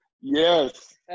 Yes